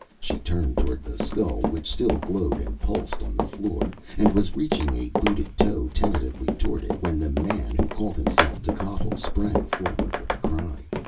she turned toward the skull, which still glowed and pulsed on the floor, and was reaching a booted toe tentatively toward it, when the man who called himself techotl sprang forward with a cry.